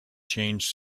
changed